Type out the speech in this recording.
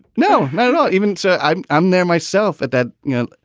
no, no, no even so, i'm i'm there myself at that, you know,